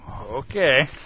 Okay